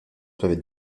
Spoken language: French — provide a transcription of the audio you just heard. peuvent